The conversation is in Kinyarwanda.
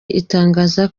itangaza